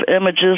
Images